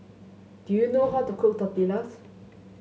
do you know how to cook Tortillas